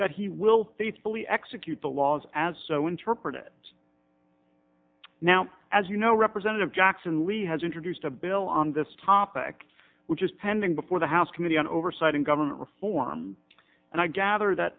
that he will faithfully execute the laws as so interpret it now as you know representative jackson lee has introduced a bill on this topic which is pending before the house committee on oversight and government reform and i gather that